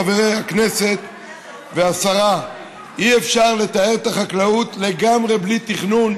חברי הכנסת והשרה: אי-אפשר לתאר את החקלאות לגמרי בלי תכנון,